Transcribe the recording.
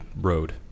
road